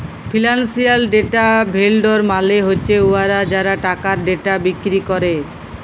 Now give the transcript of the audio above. financial data vendor মালে হছে উয়ারা যারা টাকার ডেটা বিক্কিরি ক্যরে